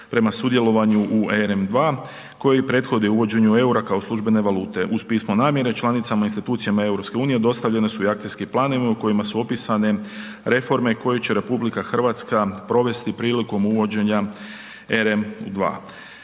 prema sudjelovanju u EREM2 koji prethodi uvođenju EUR-a kao službene valute. Uz pismo namjere članicama, institucijama EU dostavljeni su i akcijski planovi u kojima su opisane reforme koje će RH provesti prilikom uvođenja EREM2.